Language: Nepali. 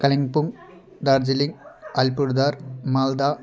कालिम्पोङ दार्जिलिङ अलिपुरद्वार मालदा